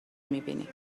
میبینی